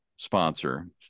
Sponsor